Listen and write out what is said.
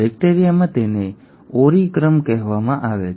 બેક્ટેરિયામાં તેને ઓરી ક્રમ કહેવામાં આવે છે